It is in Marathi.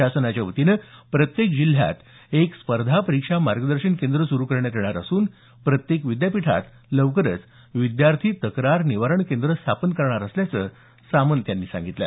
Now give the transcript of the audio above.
शासनाच्या वतीनं प्रत्येक जिल्ह्यात एक स्पर्धा परीक्षा मागदर्शन केंद्र सुरु करण्यात येणार असून प्रत्येक विद्यापीठात लवकरच विद्यार्थी तक्रार निवारण केंद्र स्थापन करणार असल्याचं सामंत यांनी सांगितलं